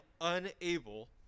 unable